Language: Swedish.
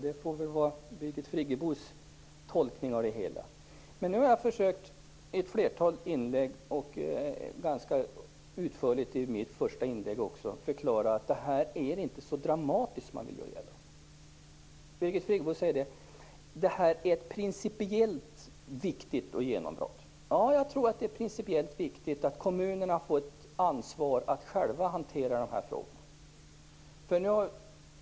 Det får vara I ett flertal inlägg och ganska utförligt i mitt första anförande har jag försökt förklara att detta inte är så dramatiskt som man vill göra gällande. Birgit Friggebo säger att det här är ett principiellt viktigt genombrott. Ja, jag tror att det är principiellt viktigt att kommunerna får ansvaret att själva hantera dessa frågor.